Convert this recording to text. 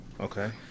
Okay